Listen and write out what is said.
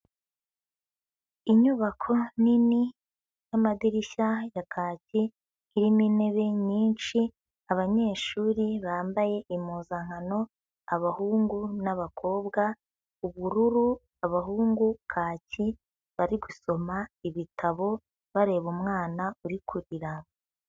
Inyubako nini y'amadirishya ya kaki, irimo intebe nyinshi, abanyeshuri bambaye impuzankano abahungu n'abakobwa, ubururu, abahungu kaki, bari gusoma ibitabo bareba umwana uri kurira.